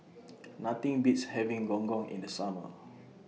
Nothing Beats having Gong Gong in The Summer